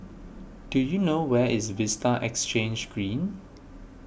do you know where is Vista Exhange Green